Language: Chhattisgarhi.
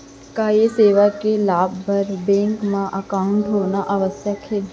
का ये सेवा के लाभ बर बैंक मा एकाउंट होना आवश्यक हे